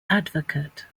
advocate